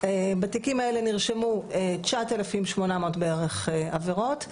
בתיקים האלה נרשמו 9,800 בערך עבירות,